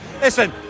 Listen